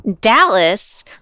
dallas